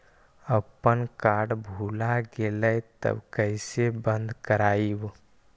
अपन कार्ड भुला गेलय तब कैसे बन्द कराइब?